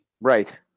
Right